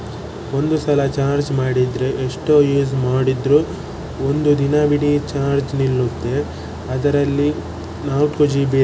ಒಂದು ಸಲ ಚಾರ್ಜ್ ಮಾಡಿದರೆ ಎಷ್ಟೋ ಯೂಸ್ ಮಾಡಿದರೂ ಒಂದು ದಿನವಿಡೀ ಚಾರ್ಜ್ ನಿಲ್ಲುತ್ತೆ ಅದರಲ್ಲಿ ನಾಲ್ಕು ಜಿ ಬಿ